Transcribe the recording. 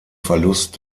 verlust